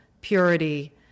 purity